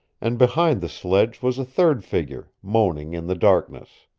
and behind the sledge was a third figure, moaning in the darkness.